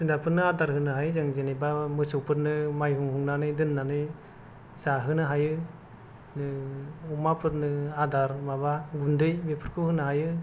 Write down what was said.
जुनारफोरनो आदार होनो हायो जों जेनेबा मोसौफोरनो माइहुं हुंनानै दोननानै जाहोनो हायो अमाफोरनो आदार माबा गुन्दै बेफोरखौ होनो हायो